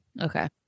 Okay